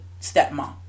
stepmom